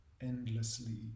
endlessly